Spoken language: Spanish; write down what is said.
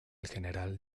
general